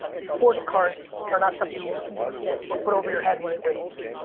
sports cards are not something you eat or put over your head when it rains.